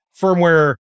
firmware